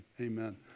Amen